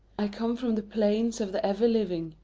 i come from the plains of the ever living,